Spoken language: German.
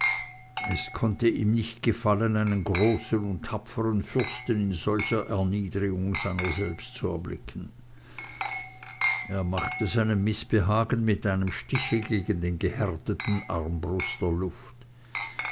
es konnte ihm nicht gefallen einen großen und tapfern fürsten in solcher erniedrigung seiner selbst zu erblicken er machte seinem mißbehagen mit einem stiche gegen den gehärteten armbruster luft